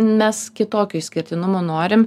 mes kitokio išskirtinumo norim